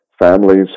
Families